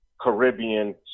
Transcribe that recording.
caribbean